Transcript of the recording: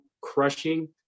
crushing